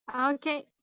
Okay